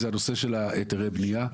זה נושא היתרי הבנייה.